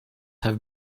have